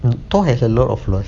thor has a lot of flaws